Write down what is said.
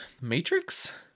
Matrix